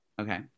Okay